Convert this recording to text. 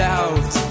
out